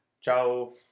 Ciao